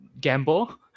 gamble